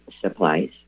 supplies